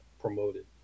promoted